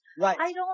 Right